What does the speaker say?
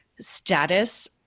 status